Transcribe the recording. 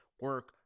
Work